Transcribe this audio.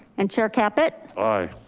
and chair caput. aye.